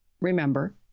remember